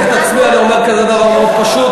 את עצמי ואני אומר כזה דבר מאוד פשוט.